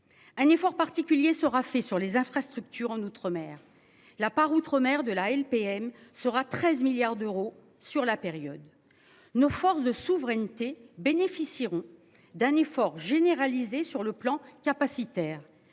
Un effort particulier sera fait sur les infrastructures en outre-mer la part outre-mer de la LPM sera 13 milliards d'euros sur la période. Nos forces de souveraineté bénéficieront d'un effort généralisé sur le plan capacitaire